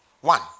one